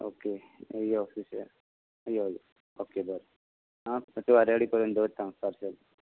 okay यो सुशेगाद यो यो ऑके बरें आं तुका रेडी करून दवरता हांव पार्सल